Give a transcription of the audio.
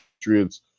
patriots